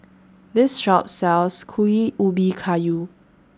This Shop sells Kuih Ubi Kayu